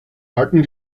alten